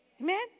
Amen